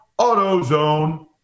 AutoZone